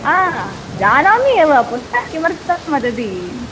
हा जानामि एव पुनः किमर्थं वदति